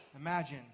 Imagine